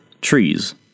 trees